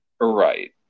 Right